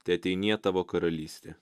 teateinie tavo karalystė